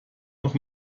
noch